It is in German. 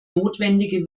notwendige